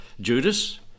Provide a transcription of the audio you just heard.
Judas